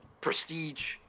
prestige